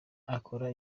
akora